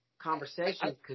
conversation